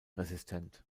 resistent